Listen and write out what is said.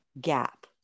gap